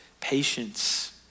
patience